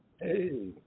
Hey